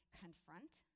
confront